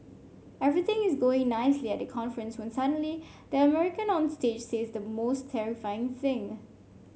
everything is going nicely at the conference when suddenly the American on stage says the most terrifying thing